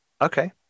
okay